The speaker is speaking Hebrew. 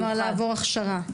כלומר, לעבור הכשרה.